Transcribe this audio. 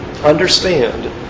Understand